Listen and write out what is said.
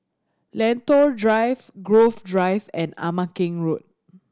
Lentor Drive Grove Drive and Ama Keng Road